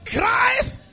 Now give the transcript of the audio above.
Christ